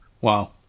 Wow